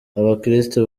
abakristu